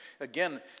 Again